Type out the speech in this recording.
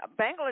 Bangladesh